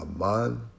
aman